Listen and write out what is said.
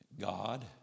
God